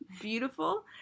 beautiful